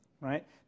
right